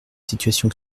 situation